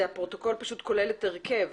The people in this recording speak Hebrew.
הפרוטוקול כולל את ההרכב.